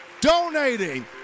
donating